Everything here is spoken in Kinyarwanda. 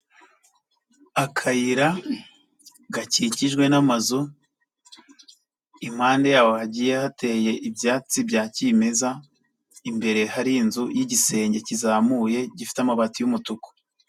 Akayira gakikijwe n'amazu, impande yaho hagiye hateye ibyatsi bya kimeza, imbere hari inzu y'igisenge kizamuye gifite amabati y'umutuku.